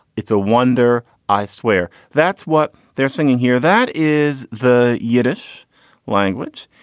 it's a wonder. i swear that's what they're singing here. that is the yiddish language.